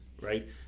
right